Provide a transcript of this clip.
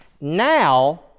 Now